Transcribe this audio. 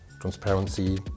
transparency